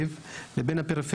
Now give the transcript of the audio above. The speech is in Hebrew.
בין תל אביב,